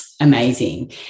amazing